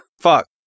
Fuck